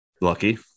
lucky